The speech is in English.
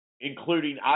including